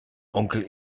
onkel